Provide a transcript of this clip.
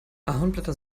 ahornblätter